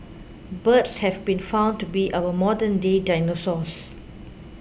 birds have been found to be our modernday dinosaurs